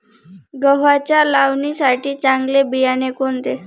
गव्हाच्या लावणीसाठी चांगले बियाणे कोणते?